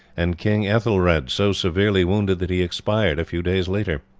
and king ethelred so severely wounded that he expired a few days later,